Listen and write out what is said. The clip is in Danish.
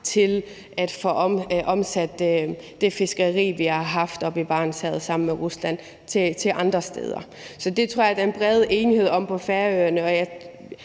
til at få afsat det fiskeri, vi har haft oppe i Barentshavet sammen med Rusland, andre steder. Det tror jeg der er en bred enighed om på Færøerne.